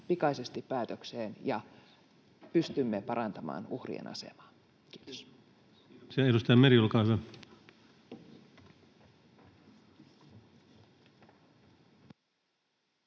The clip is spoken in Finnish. pikaisesti päätökseen ja pystymme parantamaan uhrien asemaa. — Kiitos.